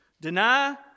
deny